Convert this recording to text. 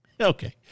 Okay